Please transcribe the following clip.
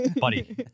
buddy